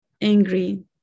angry